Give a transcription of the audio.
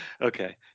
okay